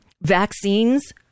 vaccines